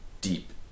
deep